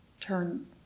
Turn